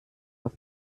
auf